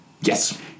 Yes